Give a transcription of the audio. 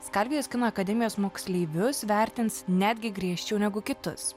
skalvijos kino akademijos moksleivius vertins netgi griežčiau negu kitus